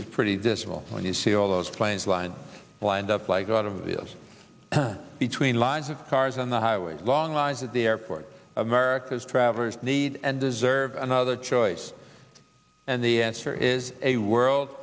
is pretty dismal when you see all those planes line lined up like a lot of those between lines of cars on the highways long lines at the airport america's travers need and deserve another choice and the answer is a world